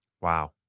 Wow